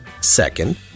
Second